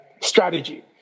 strategy